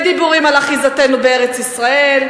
בדיבורים על אחיזתנו בארץ-ישראל.